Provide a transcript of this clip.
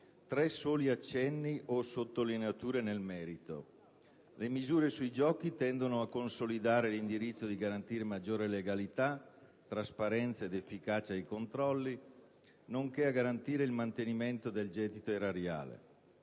Tre soli accenni, o sottolineature, nel merito: le misure sui giochi tendono a consolidare l'indirizzo di garantire maggiore legalità, trasparenza ed efficacia dei controlli, nonché a garantire il mantenimento del gettito erariale;